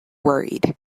worried